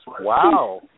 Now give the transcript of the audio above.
Wow